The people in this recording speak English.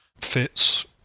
FITs